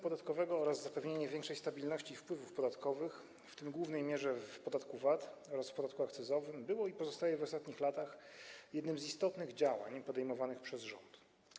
podatkowego oraz zapewnienie większej stabilności wpływów podatkowych, w tym w głównej mierze w przypadku podatku VAT oraz podatku akcyzowego, było i pozostaje w ostatnich latach jednym z istotnych działań podejmowanych przez rząd.